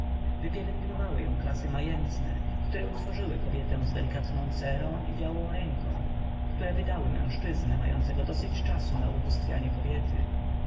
wypielęgnowały ją klasy majętne które utworzyły kobietę z delikatną cerą i białą ręką które wydały mężczyznę mającego dosyć czasu na ubóstwianie kobiety